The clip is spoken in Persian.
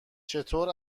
چطور